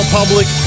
Public